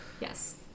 Yes